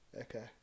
Okay